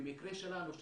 במקרה שלנו,